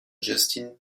justin